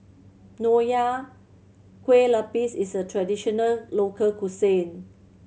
Nonya Kueh Lapis is a traditional local cuisine